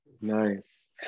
nice